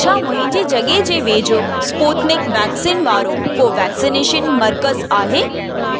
छा मुहिंजी जॻह जे वेझो स्पूतनिक वैक्सीन वारो को वैक्सीनेशन मर्कज़ आहे